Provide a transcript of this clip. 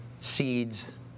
seeds